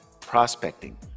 prospecting